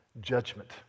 judgment